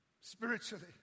spiritually